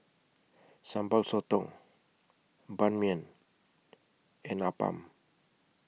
Sambal Sotong Ban Mian and Appam